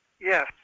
yes